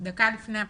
דקה לפני הבחירות,